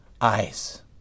eyes